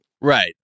right